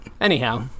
Anyhow